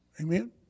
Amen